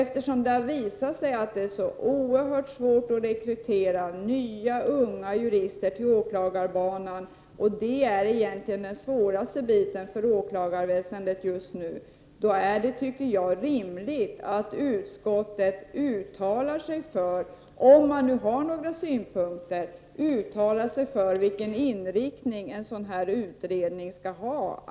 Eftersom det visat sig oerhört svårt att rekrytera nya unga jurister till åklagarbanan, vilket är det svåraste problemet för åklagarväsendet just nu, är det enligt min mening rimligt att utskottet uttalar sig för vilken inriktning en sådan här utredning skall ha, om man nu har några synpunkter.